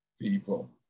people